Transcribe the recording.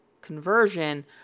conversion